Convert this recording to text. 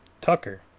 Tucker